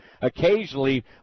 occasionally